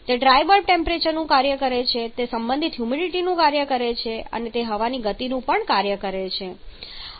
તે dry bulb ટેમ્પરેચરનું કાર્ય છે તે સંબંધિત હ્યુમિડિટીનું કાર્ય છે અને હવાની ગતિનું કાર્ય પણ છે